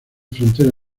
frontera